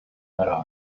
ära